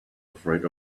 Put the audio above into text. afraid